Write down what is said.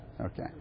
Okay